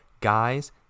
guys